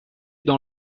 dans